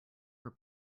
were